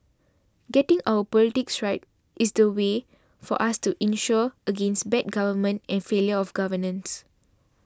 getting our politics right is the way for us to insure against bad government and failure of governance